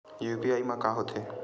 UPI मा का होथे?